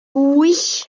oui